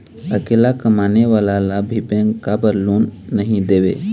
अकेला कमाने वाला ला भी बैंक काबर लोन नहीं देवे?